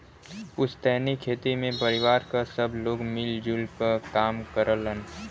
पुस्तैनी खेती में परिवार क सब लोग मिल जुल क काम करलन